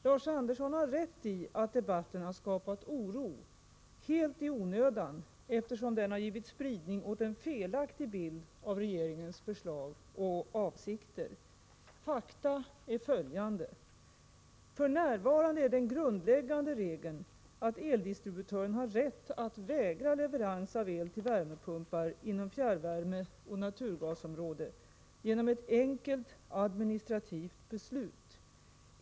Lars Andersson har rätt i att debatten har skapat oro helt i onödan, eftersom den har givit spridning åt en felaktig bild av regeringens förslag och avsikter. Fakta är följande: F.n. är den grundläggande regeln att eldistributören har rätt att vägra leverans av el till värmepumpar inom fjärrvärmeoch naturgasområde genom ett enkelt administrativt beslut.